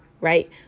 right